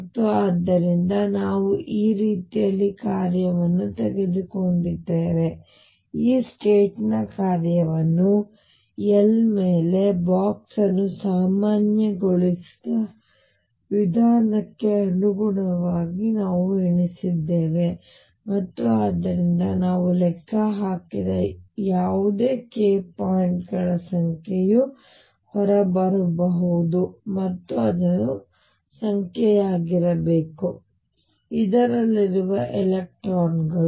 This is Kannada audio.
ಮತ್ತು ಆದ್ದರಿಂದ ನಾವು ಈ ರೀತಿಯಲ್ಲಿ ಕಾರ್ಯವನ್ನು ತೆಗೆದುಕೊಂಡಿದ್ದೇವೆ ಈ ಸ್ಟೇಟ್ ನ ಕಾರ್ಯವನ್ನು L ಮೇಲೆ ಬಾಕ್ಸ್ ಅನ್ನು ಸಾಮಾನ್ಯಗೊಳಿಸಿದ ವಿಧಾನಕ್ಕೆ ಅನುಗುಣವಾಗಿ ನಾವು ಎಣಿಸಿದ್ದೇವೆ ಮತ್ತು ಆದ್ದರಿಂದ ನಾವು ಲೆಕ್ಕ ಹಾಕಿದ ಯಾವುದೇ k ಪಾಯಿಂಟ್ಗಳ ಸಂಖ್ಯೆಯು ಹೊರಬಂದಿತು ಮತ್ತು ಅದು ಸಂಖ್ಯೆಯಾಗಿರಬೇಕು ಇದರಲ್ಲಿರುವ ಎಲೆಕ್ಟ್ರಾನ್ಗಳು